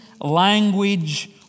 language